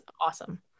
awesome